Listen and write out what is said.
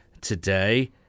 today